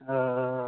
ओ